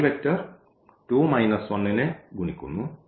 y vector 2 1 നെ ഗുണിക്കുന്നു